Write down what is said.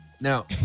Now